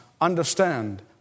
understand